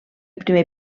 primer